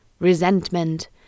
resentment